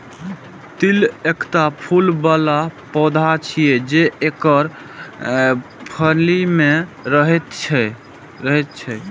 तिल एकटा फूल बला पौधा छियै, जे एकर फली मे रहैत छैक